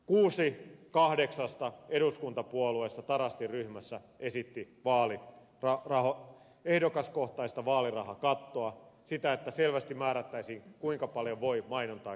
kuusi kahdeksasta eduskuntapuolueesta tarastin ryhmässä esitti ehdokaskohtaista vaalirahakattoa sitä että selvästi määrättäisiin kuinka paljon voi mainontaan käyttää rahaa